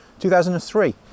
2003